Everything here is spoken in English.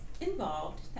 involved